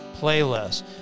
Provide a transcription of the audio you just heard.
playlist